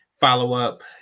follow-up